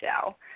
show